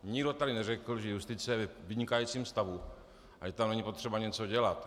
Nikdo tady neřekl, že justice je ve vynikajícím stavu a že tam není potřeba něco dělat.